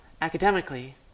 academically